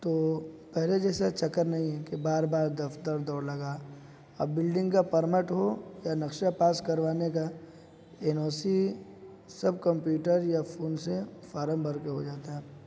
تو پہلے جیسا چکر نہیں ہے کہ بار بار دفتر دوڑ لگا اور بلڈنگ کا پرمٹ ہو یا نقشہ پاس کروانے کا این او سی سب کمپیوٹر یا فون سے فارم بھر کے ہو جاتا ہے